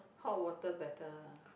hot water better